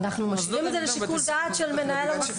אנחנו משאירים את זה לשיקול דעת של מנהל המוסד.